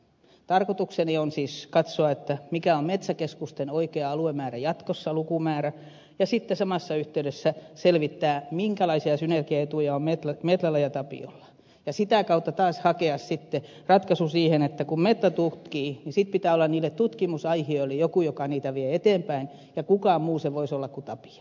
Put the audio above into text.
tarkoitukseni on siis katsoa mikä on metsäkeskusten oikea aluelukumäärä jatkossa ja sitten samassa yhteydessä selvittää minkälaisia synergiaetuja on metlalla ja tapiolla ja sitä kautta taas hakea ratkaisu siihen että kun metla tutkii niin sitten pitää olla niille tutkimusaihioille joku joka niitä vie eteenpäin ja kuka muu se voisi olla kuin tapio